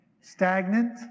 Stagnant